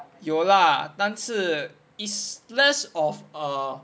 有 lah 但是 is less of a